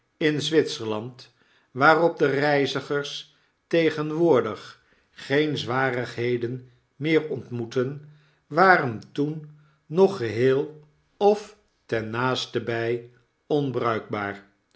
in zwitserland waarop de reizigers tegenwoordig geenzwarigheden meer ontmoeten waren toen nog geheel of ten naastenbij onbruikbaar